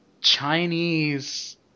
Chinese